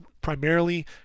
primarily